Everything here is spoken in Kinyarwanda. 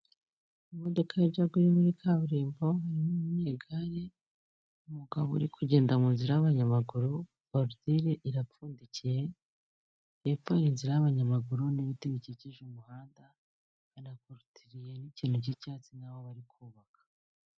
Imodoka yajyaga iri muri kaburimbo harimo umunyegare ,umugabo uri kugenda mu nzira y'abanyamaguru coaster irapfundikiye hepfo hari inzira y'abanyamaguru n'ibiti bikikije umuhanda hanakoritiye n'ikintu cy'icyatsi nkaho bari kubaka.